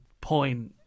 point